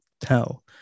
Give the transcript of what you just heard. tell